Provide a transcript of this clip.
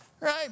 Right